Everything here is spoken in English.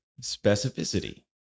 Specificity